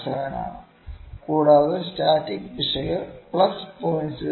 007 ആണ് കൂടാതെ സ്റ്റാറ്റിക് പിശക് പ്ലസ് 0